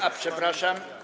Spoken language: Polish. A, przepraszam.